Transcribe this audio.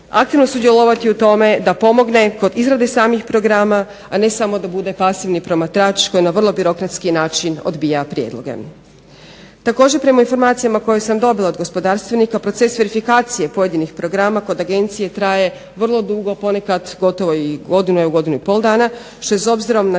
aktivno sudjelovati u tome da pomogne kod izrade samih programa, a ne samo da bude pasivni promatrač koji na vrlo birokratski način odbija prijedloge. Također prema informacijama koje sam dobila od gospodarstvenika proces verifikacije pojedinih programa kod agencije traje vrlo dugo, ponekad gotovo i godinu, evo godinu i pol dana što je s obzirom na